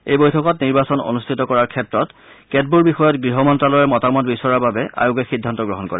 এই বৈঠকত নিৰ্বাচন অনুষ্ঠিত কৰাৰ ক্ষেত্ৰত কেতবোৰ বিষয়ত গৃহ মন্ত্ৰ্যালয়ৰ মতামত বিচৰাৰ বাবে আয়োগে সিদ্ধান্ত গ্ৰহণ কৰে